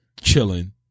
chilling